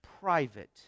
private